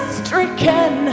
stricken